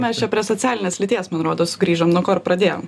mes čia prie socialinės lyties man rodos grįžom nuo ko ir pradėjom